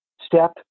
Step